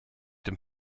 dem